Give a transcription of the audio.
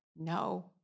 no